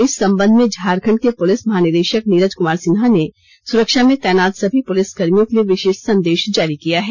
इस संबंध में झारखंड के पुलिस महानिदेशक नीरज सिन्हा ने सुरक्षा में तैनात सभी पुलिस कर्मियों के लिए विशेष संदेश जारी किया है